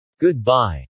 Goodbye